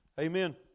Amen